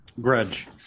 Grudge